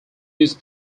music